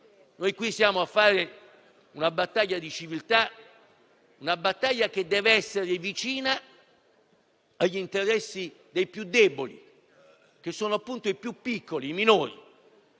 Noi qui stiamo facendo una battaglia di civiltà, che deve essere vicina agli interessi dei più deboli, che sono, appunto, i più piccoli, i minori.